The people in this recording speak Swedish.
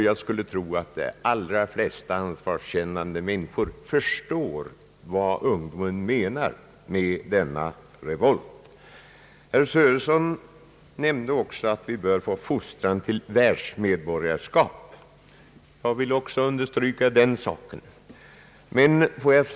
Jag skulle tro att det stora flertalet ansvarskännande människor förstår vad ungdomen menar med denna revolt. Herr Sörenson sade också att vi bör ge en fostran till världsmedborgarskap. Jag vill också understryka värdet av en sådan fostran.